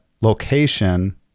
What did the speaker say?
location